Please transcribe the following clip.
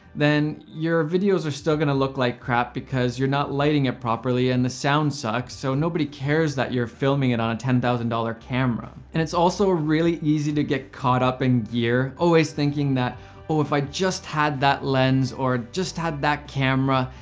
then your videos are still gonna look like crap, because you're not lighting it properly, and the sound sucks, so nobody cares that you're filming it on a ten thousand dollars camera. and it's also really easy to get caught up in gear, always thinking that oh, if i just had that lens, or just had that camera,